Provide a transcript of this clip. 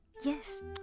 Yes